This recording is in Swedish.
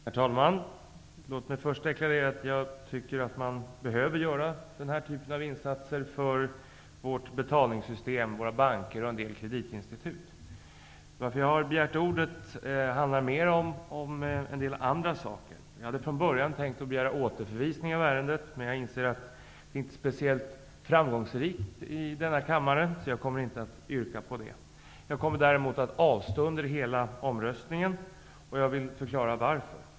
Herr talman! Låt mig först deklarera att jag tycker att man behöver göra den här typen av insatser för vårt betalningssystem, våra banker och en del kreditinstitut. Jag begärde ursprungligen ordet av helt andra skäl. Jag hade från början tänkt att begära återförvisning av ärendet. Men jag inser att det inte skulle vara särskilt framgångsrikt i denna kammare. Jag kommer således inte att yrka på det. Däremot kommer jag att avstå under hela omröstningen. Jag vill här förklara varför.